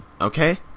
okay